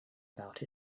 about